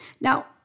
Now